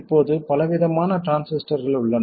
இப்போது பலவிதமான டிரான்சிஸ்டர்கள் உள்ளன